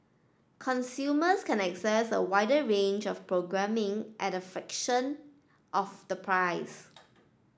consumers can access a wider range of programming at a fraction of the price